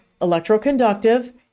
electroconductive